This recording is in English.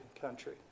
country